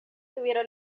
tuviera